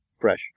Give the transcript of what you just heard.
fresh